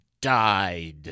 died